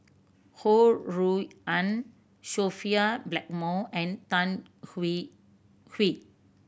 Ho Rui An Sophia Blackmore and Tan Hwee Hwee